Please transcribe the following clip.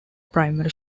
primary